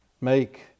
make